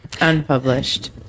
Unpublished